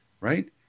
right